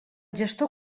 gestor